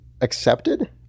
accepted